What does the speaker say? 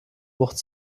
wucht